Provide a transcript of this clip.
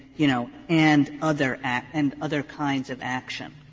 you know, and other and other kinds of action.